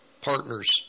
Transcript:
partners